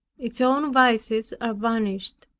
its own vices are vanished.